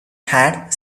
had